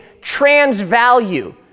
transvalue